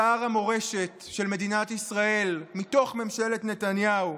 שר המורשת של מדינת ישראל, מתוך ממשלת נתניהו,